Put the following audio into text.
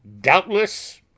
Doubtless